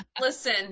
Listen